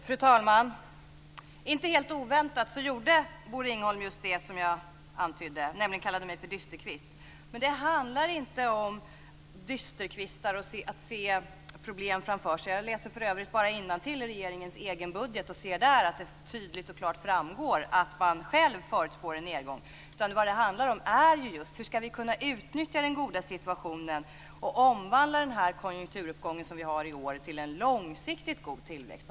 Fru talman! Inte helt oväntat gjorde Bosse Ringholm just det som jag antydde. Han kallade mig nämligen för dysterkvist. Men det handlar inte om dysterkvistar och om att se problem framför sig - jag läser för övrigt bara innantill i regeringens egen budget, och där framgår det tydligt och klart att man själv förutspår en nedgång. Det handlar om hur vi ska kunna utnyttja den goda situationen och omvandla den här konjunkturuppgången som vi har i år till en långsiktigt god tillväxt.